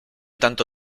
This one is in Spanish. tanto